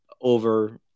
over